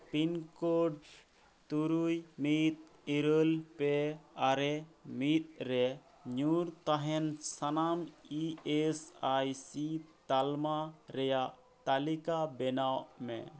pin code ᱛᱩᱨᱩᱭ ᱢᱤᱫ ᱤᱨᱟᱹᱞ ᱯᱮ ᱟᱨᱮ ᱢᱤᱫ ᱨᱮ ᱧᱩᱨ ᱛᱟᱦᱮᱱ ᱥᱟᱱᱟᱢ ᱤ ᱮᱥ ᱟᱭ ᱥᱤ ᱛᱟᱞᱢᱟ ᱨᱮᱭᱟᱜ ᱛᱟᱹᱞᱤᱠᱟ ᱵᱮᱱᱟᱣ ᱢᱮ